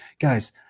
Guys